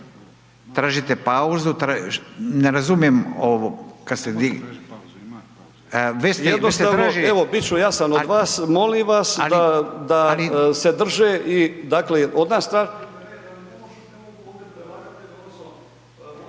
tražite pauzu. Ne razumijem ovo.